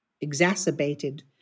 exacerbated